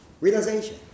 realization